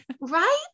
Right